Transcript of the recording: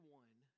one